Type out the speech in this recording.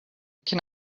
can